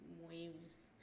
waves